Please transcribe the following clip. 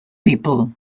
people